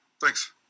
thanks